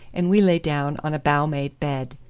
and we lay down on a bough-made bed.